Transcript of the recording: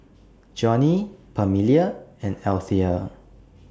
Johnny Pamelia and Althea